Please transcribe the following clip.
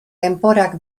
denborak